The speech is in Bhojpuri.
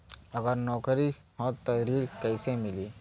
अगर नौकरी ह त ऋण कैसे मिली?